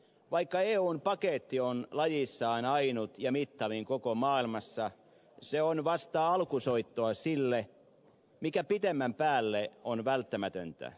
vaikka eun paketti on lajissaan ainut ja mittavin koko maailmassa se on vasta alkusoittoa sille mikä pitemmän päälle on välttämätöntä